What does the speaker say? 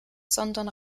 sondern